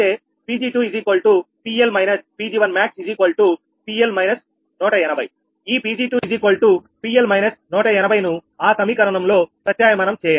ఈ 𝑃𝑔2PL−180 ను ఆ సమీకరణంలో ప్రత్యామ్నాయం చేయండి